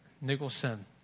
Nicholson